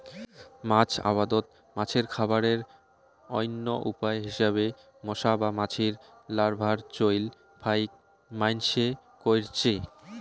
মাছ আবাদত মাছের খাবারের অইন্য উপায় হিসাবে মশা বা মাছির লার্ভার চইল ফাইক মাইনষে কইরচে